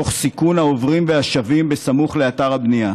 תוך סיכון העוברים והשבים סמוך לאתר הבנייה.